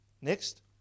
Next